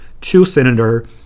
two-cylinder